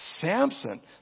Samson